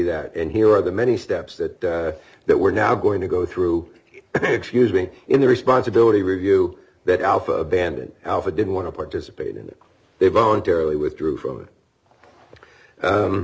that and here are the many steps that that we're now going to go through excuse me in the responsibility review that alpha abandoned alpha didn't want to participate in that they voluntarily withdrew from it